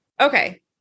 okay